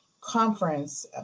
conference